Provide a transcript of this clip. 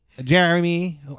jeremy